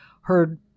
heard